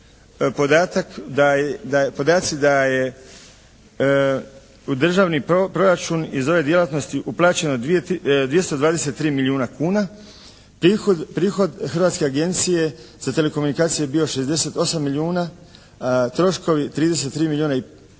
podaci da je u državni proračun iz ove djelatnosti uplaćeno 223 milijuna kuna, prihod Hrvatske agencije za telekomunikacije je bio 68 milijuna, troškovi 33 milijuna i pol,